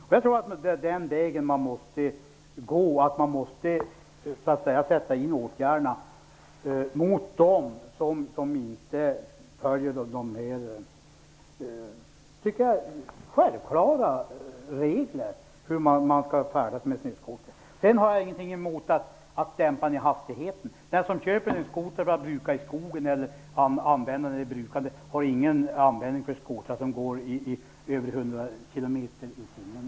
Det är den vägen man måste gå. Man måste sätta in åtgärderna mot dem som inte följer de, som jag tycker, självklara reglerna för hur man skall färdas med sin skoter. Jag har ingenting emot att dämpa hastigheten. Den som köper en skoter för att bruka den i skogen har ingen användning för en skoter som går i över 100 kilometer i timmen.